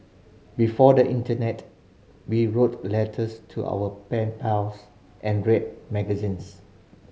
before the internet we wrote letters to our pen pals and read magazines